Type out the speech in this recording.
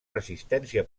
resistència